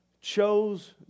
chose